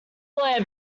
lamp